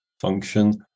function